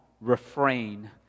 refrain